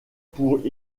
pour